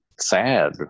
sad